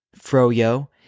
froyo